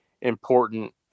important